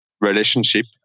relationship